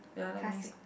classic